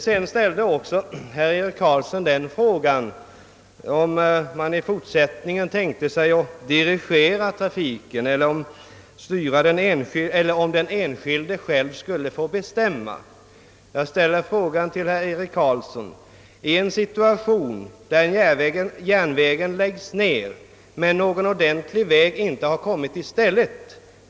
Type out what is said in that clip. Herr Karlsson ställde sedan också frågan om man i fortsättningen tänkt sig att samhället skall dirigera trafiken eller om den enskilde själv skulle få bestämma. Jag ställer frågan till herr Karlsson: Vilket val har den enskilde företagaren i en situation där järnvägen lägges ned men någon ordentlig väg inte finns i stället?